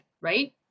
right